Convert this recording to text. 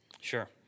Sure